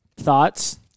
Thoughts